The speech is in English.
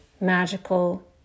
magical